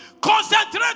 Concentrate